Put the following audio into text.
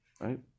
Right